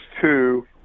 two